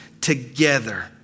together